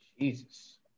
Jesus